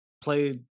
play